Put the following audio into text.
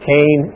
Cain